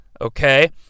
okay